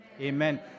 amen